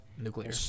Nuclear